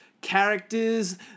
characters